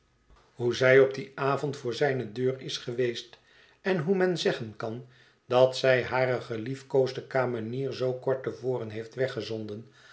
hoe zij op dien lady dedlogk neemt de vlucht avond voor zijne deur is geweest en hoe men zeggen kan dat zij hare geliefkoosde kamenier zoo kort te voren heeft